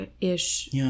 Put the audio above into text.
ish